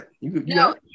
no